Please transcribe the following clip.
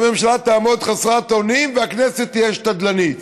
והממשלה תעמוד חסרת אונים והכנסת תהיה שתדלנית.